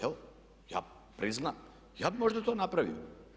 Evo ja priznam, ja bih možda to napravio.